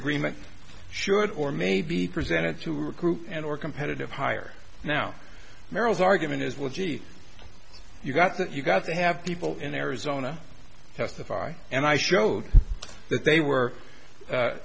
agreement should or may be presented to a group and or competitive higher now merrill's argument is well gee you got that you got to have people in arizona testify and i showed that they were